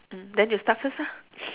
mm then you start first ah